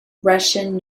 russian